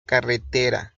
carretera